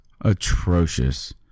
atrocious